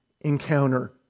encounter